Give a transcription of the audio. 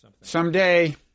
Someday